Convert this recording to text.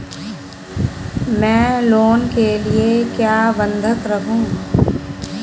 मैं लोन के लिए क्या बंधक रखूं?